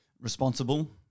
responsible